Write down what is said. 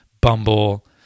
Bumble